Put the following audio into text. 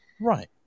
Right